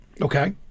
Okay